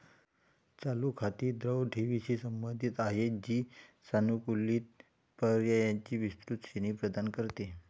चालू खाती द्रव ठेवींशी संबंधित आहेत, जी सानुकूलित पर्यायांची विस्तृत श्रेणी प्रदान करते